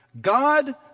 God